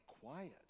quiet